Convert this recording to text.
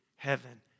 heaven